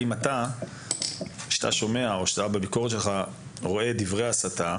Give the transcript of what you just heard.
האם כשאתה שומע או בזמן הביקורת שלך אתה רואה דברי הסתה